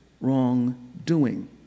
wrongdoing